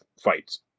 fights